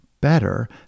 better